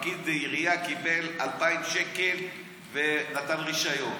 פקיד בעירייה קיבל 2,000 שקל ונתן רישיון.